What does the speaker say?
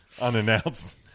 unannounced